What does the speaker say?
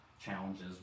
challenges